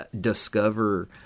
discover